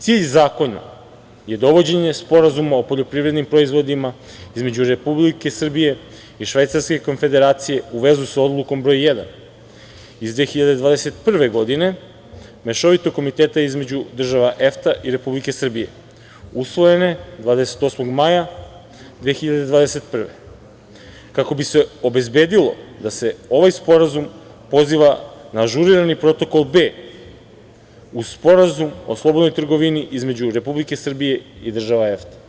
Cilj zakona je dovođenje Sporazuma o poljoprivrednim proizvodima između Republike Srbije i Švajcarske Konfederacije u vezu sa Odlukom Broj 1 iz 2021. godine, Mešovitog komiteta između država EFTA i Republike Srbije, usvojene 28. maja 2021. godine, kako bi se obezbedilo da se ovaj sporazum poziva na ažurirani Protokol B uz Sporazum o slobodnoj trgovini između Republike Srbije i država EFTA.